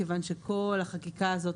כיוון שכל החקיקה הזאת,